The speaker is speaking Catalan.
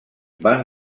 van